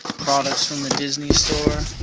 products from the disney store.